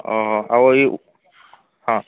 ଅ ଆଉ ଇଏ ହଁ